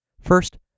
First